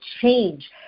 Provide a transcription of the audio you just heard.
change